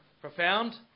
Profound